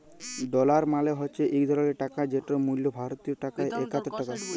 dollar মালে হছে ইক ধরলের টাকা যেটর মূল্য ভারতীয় টাকায় একাত্তর টাকা